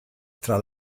tra